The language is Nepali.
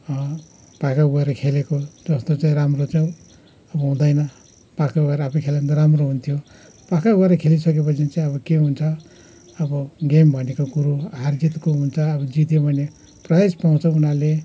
पाखा गएर खेलेको जस्तो चाहिँ राम्रो चाहिँ अब हुँदैन पाखा गएर आफै खेल्यो भने त राम्रो हुन्थ्यो पाखा गएर खेलिसकेपछि चाहिँ अब के हुन्छ अब गेम भनेको कुरो हार जितको हुन्छ तर जित्यो भने प्राइज पाउँछ उनीहरूले